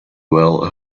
well